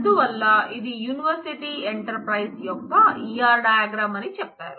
అందువల్ల ఇది university enterprise యొక్క E R డయాగ్రమ్ అని చెప్పారు